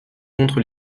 contre